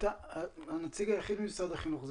אתה כאן הנציג היחיד ממשרד החינוך.